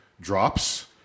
drops